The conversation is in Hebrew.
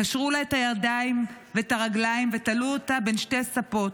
קשרו לה את הידיים ואת הרגליים ותלו אותה בין שתי ספות,